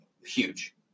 huge